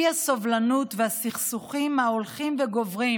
האי-סובלנות והסכסוכים ההולכים וגוברים